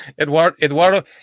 Eduardo